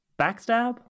backstab